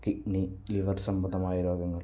kidney liver സംബന്ധമായ രോഗങ്ങൾ